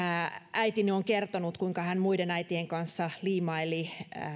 äitini on kertonut kuinka hän muiden äitien kanssa liimaili